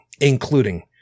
including